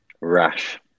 Rash